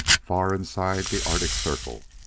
far inside the arctic circle.